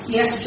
Yes